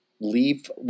leave